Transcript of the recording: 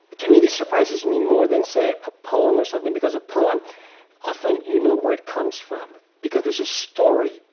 to me, this surprises me more than, say, a poem or something, because a poem often, you know where it comes from. because there's a story.